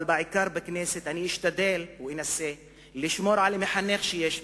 אבל בכנסת אני אשתדל ואנסה בעיקר לשמור על המחנך שיש בי,